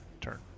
turn